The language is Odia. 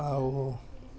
ଆଉ